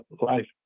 life